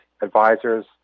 advisors